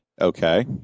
Okay